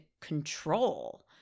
control